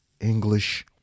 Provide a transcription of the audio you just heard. English